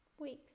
weeks